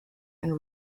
and